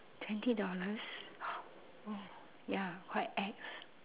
twenty dollars ya quite ex